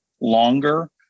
longer